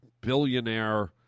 billionaire